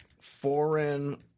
Foreign